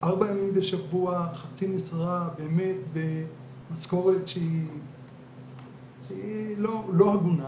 ארבעה ימים בשבוע חצי משרה באמת במשכורת שהיא לא הגונה,